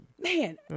Man